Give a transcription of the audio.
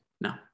No